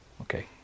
Okay